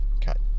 cut